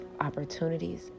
opportunities